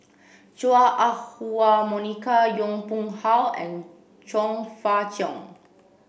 Chua Ah Huwa Monica Yong Pung How and Chong Fah Cheong